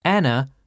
Anna